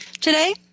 Today